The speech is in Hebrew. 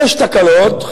ויש תקלות,